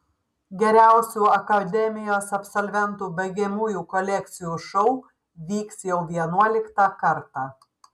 geriausių akademijos absolventų baigiamųjų kolekcijų šou vyks jau vienuoliktą kartą